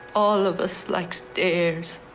all of us like stairs,